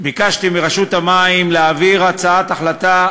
ביקשתי מרשות המים להעביר הצעת החלטה